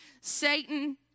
Satan